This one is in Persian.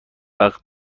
وقت